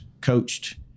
coached